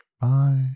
Bye